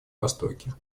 востоке